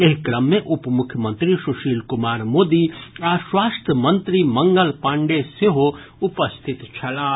एहि क्रम मे उपमुख्यमंत्री सुशील कुमार मोदी आ स्वास्थ्य मंत्री मंगल पांडेय सेहो उपस्थित छलाह